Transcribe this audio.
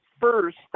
first